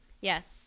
Yes